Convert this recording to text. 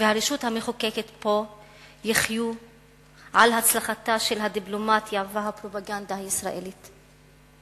והרשות המחוקקת פה יחיו על הצלחתה של הדיפלומטיה והפרופגנדה הישראלית?